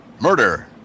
Murder